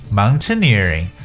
mountaineering